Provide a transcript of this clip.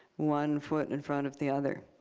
one foot and in front of the other.